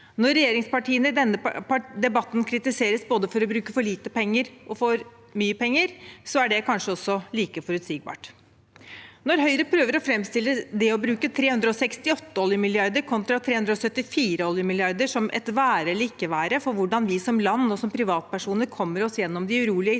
Når regjeringspartiene i denne debatten kritiseres både for å bruke for lite penger og for å bruke for mye penger, er det kanskje like forutsigbart. Når Høyre prøver å framstille det å bruke 368 oljemilliarder kontra 374 oljemilliarder som et være eller ikke være for hvordan vi som land og som privatpersoner kommer oss gjennom de urolige